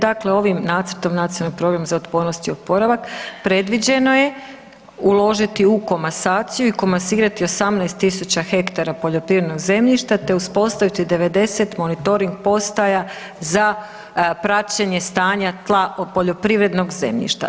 Dakle, ovim nacrtom Nacionalnog programa za otpornost i oporavak predviđeno je uložiti u komasaciju i komasirati 18.000 hektara poljoprivrednog zemljišta, te uspostaviti 90 monitoring postaja za praćenje stanja tla poljoprivrednog zemljišta.